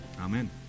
Amen